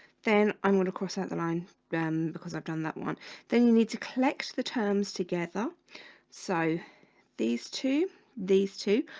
then i'm going to cross out the line then because i've done that one then you need to collect the terms together so these two these two